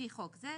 לפי חוק זה,